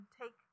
take